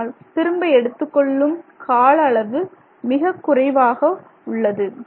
ஆனால் திரும்ப எடுத்துக்கொள்ளும் கால அளவு மிகக்குறைவாக உள்ளது